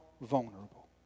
vulnerable